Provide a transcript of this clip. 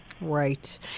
Right